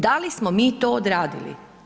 Da li smo mi to odredili?